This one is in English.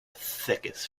thickest